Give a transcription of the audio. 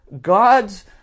God's